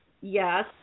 yes